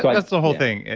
like that's the whole thing.